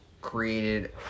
created